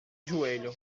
joelho